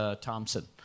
Thompson